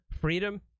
freedom